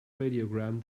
radiogram